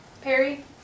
Perry